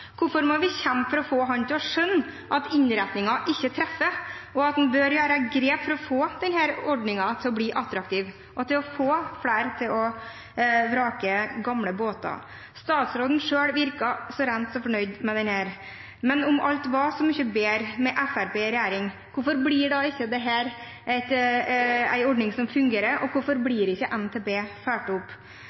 Hvorfor må vi kjempe for å få ham til å skjønne at innretningen ikke treffer, og at vi bør ta grep for å få denne ordningen til å bli attraktiv og til å få flere til å vrake gamle båter? Statsråden selv virket svært så fornøyd med dette, men om alt er så mye bedre med Fremskrittspartiet i regjering, hvorfor blir da ikke dette en ordning som fungerer, og hvorfor blir ikke NTP fulgt opp?